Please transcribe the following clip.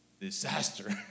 disaster